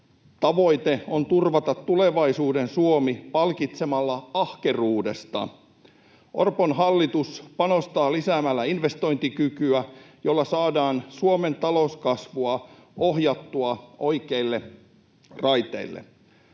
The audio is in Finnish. tavoite on turvata tulevaisuuden Suomi palkitsemalla ahkeruudesta. Orpon hallitus panostaa lisäämällä investointikykyä, jolla saadaan Suomen talouskasvua ohjattua oikeille raiteille.